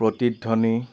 প্ৰতিধ্বনি